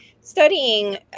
studying